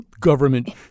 Government